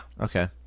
Okay